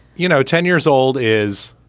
you know, ten years old is,